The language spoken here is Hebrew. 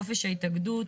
חופש ההתאגדות,